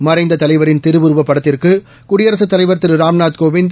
மறைந்த தலைவரின் திருவுருவப் படத்திற்கு குடியரசுத் தலைவர் திரு ராம்நாத் கோவிந்த்